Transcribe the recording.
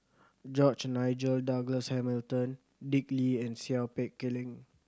George Nigel Douglas Hamilton Dick Lee and Seow Peck Leng